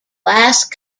last